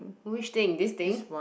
which thing this thing